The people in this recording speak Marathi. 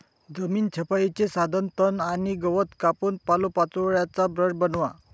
जमीन छपाईचे साधन तण आणि गवत कापून पालापाचोळ्याचा ब्रश बनवा